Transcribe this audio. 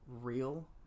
real